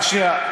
רק שנייה.